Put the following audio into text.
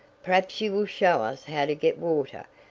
perhaps you will show us how to get water?